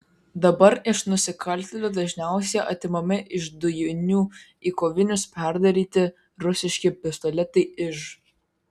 dabar iš nusikaltėlių dažniausiai atimami iš dujinių į kovinius perdaryti rusiški pistoletai iž